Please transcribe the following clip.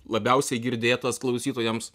labiausiai girdėtas klausytojams